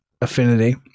Affinity